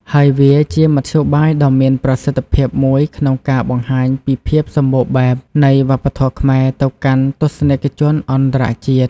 ហើយវាជាមធ្យោបាយដ៏មានប្រសិទ្ធភាពមួយក្នុងការបង្ហាញពីភាពសម្បូរបែបនៃវប្បធម៌ខ្មែរទៅកាន់ទស្សនិកជនអន្តរជាតិ។